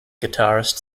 guitarist